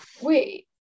Wait